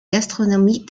gastronomique